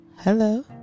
Hello